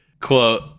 quote